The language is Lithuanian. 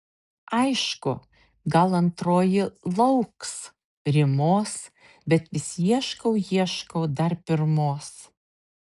aišku gal antroji lauks rymos bet vis ieškau ieškau dar pirmos